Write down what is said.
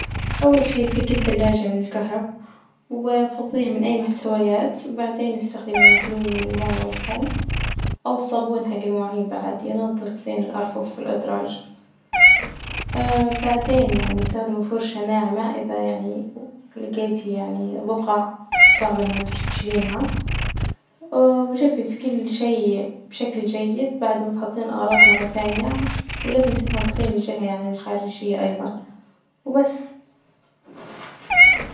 أول شي فكي الثلاجة من الكهرب وفظيها من أي محتويات، وبعدين إستخدمي محلول من الموية والخل أو الصابون حج المواعين بعد، ينظف زين الأرفف والأدراج بعدين يعني إستخدمي فرشاة ناعمة إذا يعني لجيتي يعني بقع صعبة إنها تش- تشلينها، وجففي كل شي بشكل جيد بعد ما تحطين الأغراض مرة ثانية، ولا تنسي تنظفين الجهة يعني الخارجية أيضا وبس.